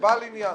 עניין